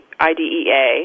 IDEA